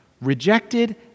rejected